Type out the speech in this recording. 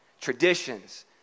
Traditions